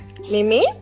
Mimi